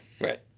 Right